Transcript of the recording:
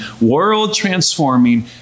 world-transforming